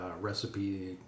recipe